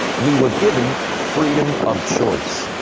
we were given freedom of choice.